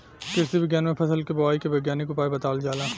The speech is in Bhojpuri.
कृषि विज्ञान में फसल के बोआई के वैज्ञानिक उपाय बतावल जाला